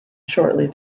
shortly